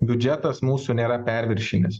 biudžetas mūsų nėra perviršinis